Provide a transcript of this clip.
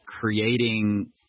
creating